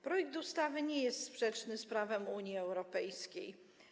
Projekt ustawy nie jest sprzeczny z prawem Unii Europejskiej.